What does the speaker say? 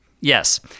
yes